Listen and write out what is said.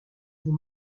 vous